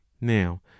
now